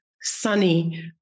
sunny